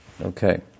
Okay